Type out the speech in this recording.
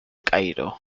cairo